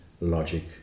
logic